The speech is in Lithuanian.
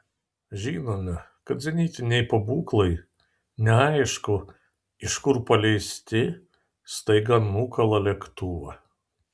žinome kad zenitiniai pabūklai neaišku iš kur paleisti staiga nukala lėktuvą